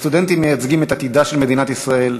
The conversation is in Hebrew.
הסטודנטים מייצגים את עתידה של מדינת ישראל,